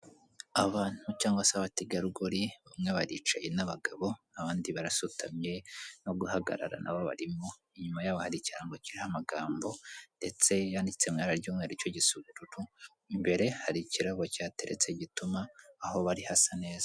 Abantu cyangwa se abategarugori bamwe baricaye n'abagabo abandi barasutamye no guhagarara n'abo barimo, inyuma y'abo hari ikirango kiriho amagambo ndetse yanditse mu ibara ry'umweru cyo gisa ubururu, imbere hari ikirabo cyateretse gituma aho bari hasa neza.